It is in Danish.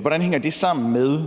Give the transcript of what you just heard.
Hvordan hænger det sammen med